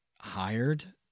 hired